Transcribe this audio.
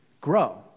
grow